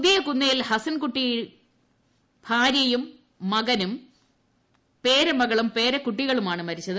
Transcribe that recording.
പുതിയ കുന്നേൽ ഹസ്സൻകുട്ടിയുടെ ഭാര്യയും മകനും മരുമകളും പേരക്കുട്ടികളുമാണ് മരിച്ചത്